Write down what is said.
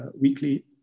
weekly